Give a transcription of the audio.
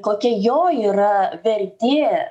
kokia jo yra vertė